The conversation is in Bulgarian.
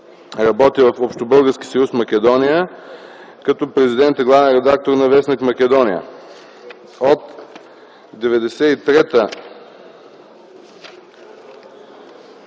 работи в Общобългарски съюз „Македония” като президент и главен редактор на в. „Македония”. От 1996